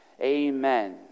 Amen